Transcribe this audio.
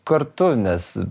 kartu nes